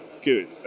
good